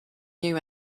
new